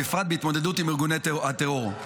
בפרט בהתמודדות עם ארגוני הטרור,